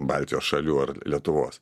baltijos šalių ar lietuvos